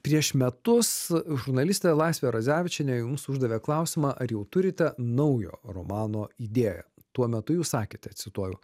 prieš metus žurnalistė laisvė radzevičienė jums uždavė klausimą ar jau turite naujo romano idėją tuo metu jūs sakėte cituoju